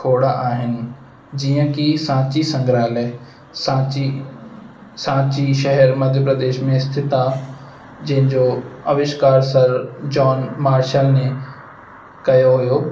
खोड़ आहिनि जीअं की सांची संग्रहालय सांची सांची शहर मध्य प्रदेश में स्थित आहे जंहिंजो आविष्कार सर जॉन मार्शल ने कयो हुयो